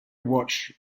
watch